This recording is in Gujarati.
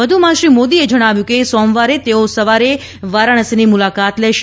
વ્ધુમાં શ્રી મોદીએ જજ્ઞાવ્યું કે સોમવારે તેઓ સવારે વારાણસીની મુલાકાત લેશે